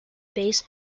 base